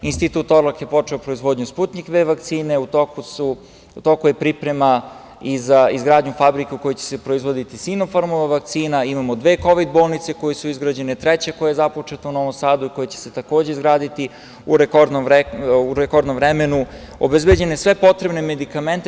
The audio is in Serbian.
Institut „Torlak“ je počeo proizvodnju Sputnjik-V vakcine, u toku je priprema i za izgradnju fabrike u kojoj će se proizvoditi Sinofarmova vakcina, imamo dve kovid bolnice koje su izgrađene, treća koja je započeta u Novom Sadu koja će se takođe izgraditi u rekordnom vremenu, obezbeđene sve potrebne medikamente.